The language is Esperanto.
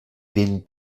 vin